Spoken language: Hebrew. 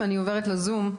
אני עוברת לזום,